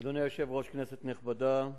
אדוני היושב-ראש, כנסת נכבדה,